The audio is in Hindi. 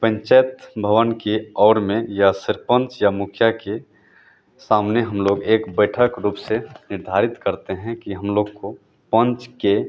पंचायत भवन की और में या सरपंच या मुखिया के सामने हम लोग एक बैठक रूप से निर्धारित करते हैं कि हम लोग को पंच के